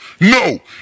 No